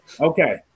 Okay